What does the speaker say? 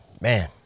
Man